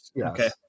Okay